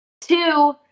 Two